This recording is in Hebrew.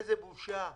איזה בושה.